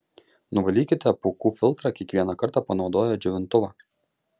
nuvalykite pūkų filtrą kiekvieną kartą panaudoję džiovintuvą